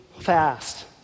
fast